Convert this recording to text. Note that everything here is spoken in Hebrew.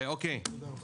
תודה רבה.